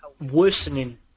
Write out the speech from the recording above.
worsening